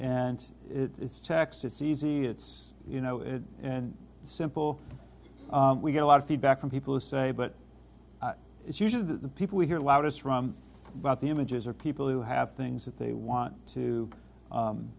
and it's text it's easy it's you know it and simple we get a lot of feedback from people who say but it's usually the people we hear loudest from about the images or people who have things that they want to